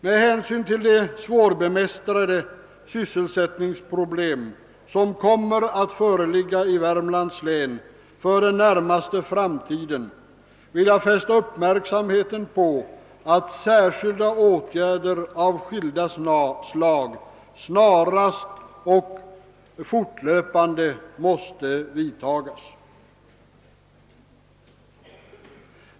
Med hänsyn till de svårbemästrade sysselsättningsproblem som kommer att föreligga i Värmlands län under den närmaste framtiden vill jag fästa uppmärksamheten på att särskilda åtgärder av olika slag snarast och fortlöpande måste vidtagas.